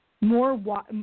more